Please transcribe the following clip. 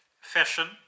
fashion